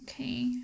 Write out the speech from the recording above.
Okay